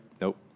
Nope